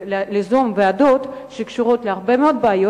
וליזום ועדות שקשורות להרבה מאוד בעיות